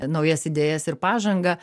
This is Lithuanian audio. naujas idėjas ir pažangą